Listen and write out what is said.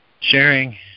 sharing